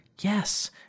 yes